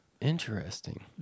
Interesting